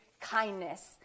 kindness